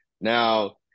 Now